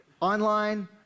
online